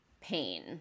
pain